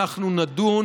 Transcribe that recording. אנחנו נדון